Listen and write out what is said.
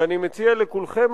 ואני מציע לכולכם,